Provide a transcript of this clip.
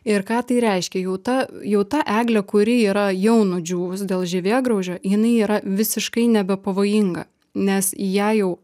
ir ką tai reiškia jau ta jau ta eglė kuri yra jau nudžiūvus dėl žievėgraužio jinai yra visiškai nebepavojinga nes į ją jau